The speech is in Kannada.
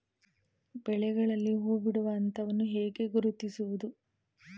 ಬೆಳೆಗಳಲ್ಲಿ ಹೂಬಿಡುವ ಹಂತವನ್ನು ಹೇಗೆ ಗುರುತಿಸುವುದು?